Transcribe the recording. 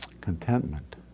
Contentment